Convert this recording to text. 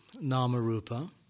nama-rupa